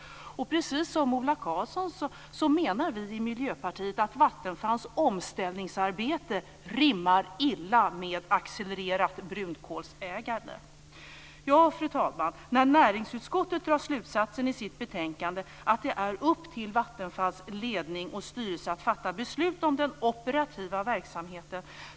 Precis som Ola Karlsson menar vi i Miljöpartiet att Vattenfalls omställningsarbete rimmar illa med accelererat brunkolsägande. Fru talman! Näringsutskottet drar slutsatsen i sitt betänkande att det är upp till Vattenfalls ledning och styrelse att fatta beslut om den operativa verksamheten.